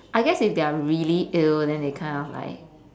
I guess if they're really ill then they kind of like